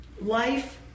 life